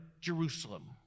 Jerusalem